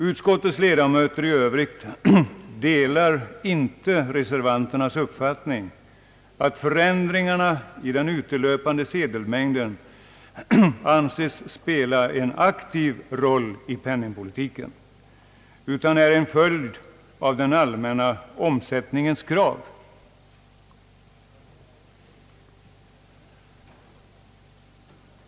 Utskottets ledamöter i övrigt delar inte reservanternas uppfattning att förändringarna i den utelöpande sedelmängden anses spela en aktiv roll i penningpolitiken utan är en följd av den allmänna omsättningens krav.